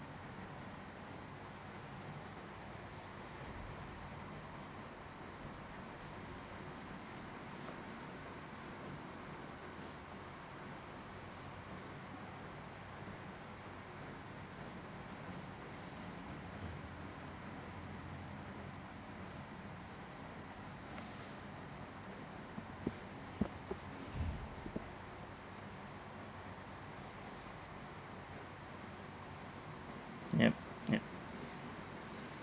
yup ya